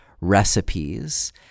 recipes